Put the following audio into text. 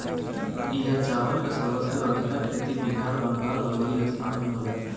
इहा चावल के सबसे अधिका खेती बिहार, बंगाल अउरी आसाम में होला